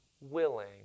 willing